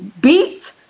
Beat